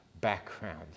background